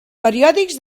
periòdics